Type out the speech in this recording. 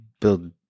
build